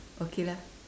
okay lah